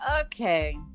okay